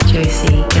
Josie